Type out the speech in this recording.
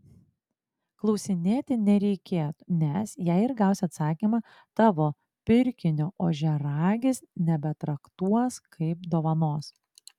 klausinėti nereikėtų nes jei ir gausi atsakymą tavo pirkinio ožiaragis nebetraktuos kaip dovanos